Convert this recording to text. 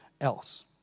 else